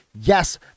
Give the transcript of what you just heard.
Yes